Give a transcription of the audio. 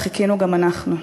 וחיכינו גם אנחנו.